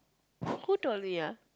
who told me ah